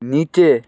নিচে